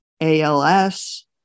ALS